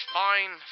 fine